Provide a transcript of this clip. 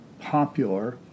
popular